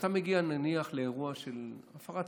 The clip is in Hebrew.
כשאתה מגיע נניח לאירוע של הפרת סדר,